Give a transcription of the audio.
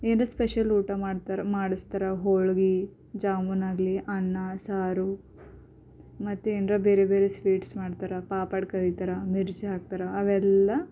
ಏನರೆ ಸ್ಪೆಷಲ್ ಊಟ ಮಾಡ್ತಾರ ಮಾಡಿಸ್ತಾರ ಹೋಳಿಗೆ ಜಾಮೂನಾಗಲಿ ಅನ್ನ ಸಾರು ಮತ್ತೆನಾರು ಬೇರೆ ಬೇರೆ ಸ್ವೀಟ್ಸ್ ಮಾಡ್ತಾರೆ ಪಾಪಡು ಕರೀತಾರೆ ಮಿರ್ಚಿ ಹಾಕ್ತಾರೆ ಅವೆಲ್ಲ